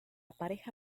pareja